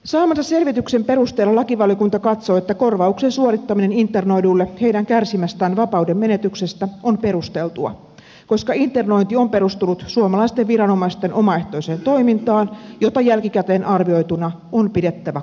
saamansa selvityksen perusteella lakivaliokunta katsoo että korvauksen suorittaminen internoiduille heidän kärsimästään vapauden menetyksestä on perusteltua koska internointi on perustunut suomalaisten viranomaisten omaehtoiseen toimintaan jota jälkikäteen arvioituna on pidettävä kohtuuttomana